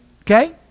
Okay